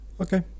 Okay